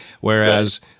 Whereas